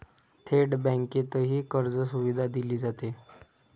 थेट बँकेतही कर्जसुविधा दिली जाते